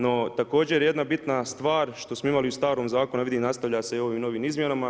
No, također jedna bitna stvar što smo imali i u starom zakonu, a vidim nastavlja se i ovim novim izmjenama.